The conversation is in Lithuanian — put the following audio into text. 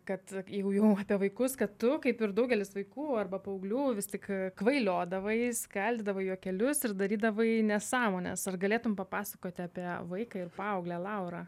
kad jeigu jau apie vaikus kad tu kaip ir daugelis vaikų arba paauglių vis tik kvailiodavai skaldydavai juokelius ir darydavai nesąmones ar galėtum papasakoti apie vaiką ir paauglę laurą